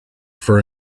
for